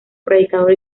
predicador